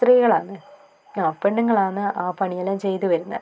സ്ത്രീകളാണ് ആ പെണ്ണുങ്ങളാണ് ആ പണിയെല്ലാം ചെയ്തു വരുന്നത്